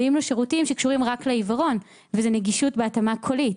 נותנים לו שירותים שקשורים רק לעיוורון וזאת נגישות בהתאמה קולית,